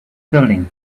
building